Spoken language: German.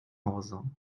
hause